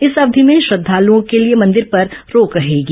इस अवधि में श्रद्धालुओं के लिए मंदिर आने पर रोक रहेगी